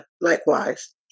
likewise